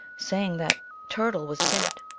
saying that turtle was dead.